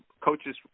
coaches